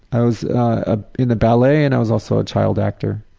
i was ah in the ballet and i was also a child actor.